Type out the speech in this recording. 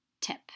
tip